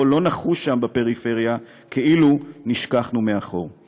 הכנסת ביטן, נא לשמור על השקט.